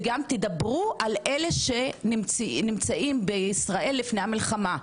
תדברו גם על אלה שנמצאים בישראל לפני המלחמה.